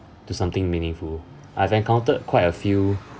to something meaningful I've encountered quite a few